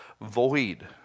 void